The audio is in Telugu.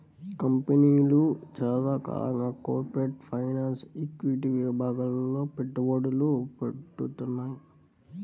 కంపెనీలు చాలా కాలంగా కార్పొరేట్ ఫైనాన్స్, ఈక్విటీ విభాగాల్లో పెట్టుబడులు పెడ్తున్నాయి